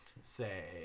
say